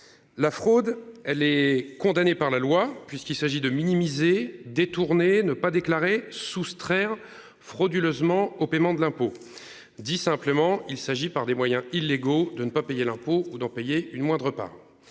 La fraude, elle est condamnée par la loi puisqu'il s'agit de minimiser détourner, ne pas déclarer soustraire frauduleusement au paiement de l'impôt dit simplement il s'agit, par des moyens illégaux de ne pas payer l'impôt ou d'en payer une moindre pas.